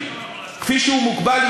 כפי שהוא מוגבל,